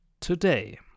today